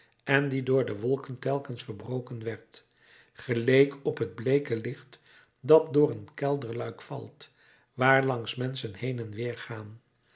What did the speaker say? en die door de wolken telkens verbroken werd geleek op het bleeke licht dat door een kelderluik valt waarlangs menschen heen en weer gaan